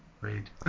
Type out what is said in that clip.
read